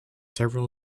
several